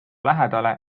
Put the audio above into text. lähedale